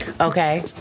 Okay